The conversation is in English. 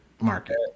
market